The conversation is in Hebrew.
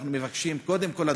אנחנו מבקשים קודם כול,